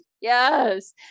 Yes